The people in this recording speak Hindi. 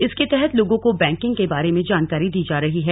इसके तहत लोगों को बैंकिंग के बारे में जानकारी दी जा रही है